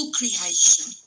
creation